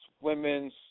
women's